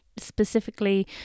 specifically